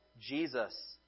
Jesus